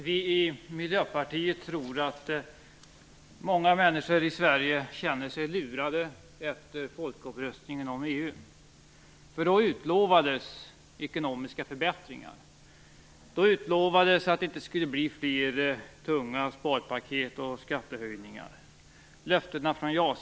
Fru talman! Vi i Miljöpartiet tror att många människor i Sverige känner sig lurade efter folkomröstningen om EU. Då utlovades det nämligen ekonomiska förbättringar. Då utlovades det att det inte skulle bli fler tunga sparpaket och skattehöjningar.